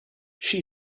she